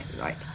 right